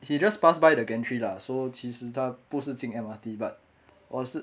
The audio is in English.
he just pass by the gantry lah so 其实他不是进 M_R_T but 而是